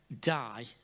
die